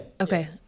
okay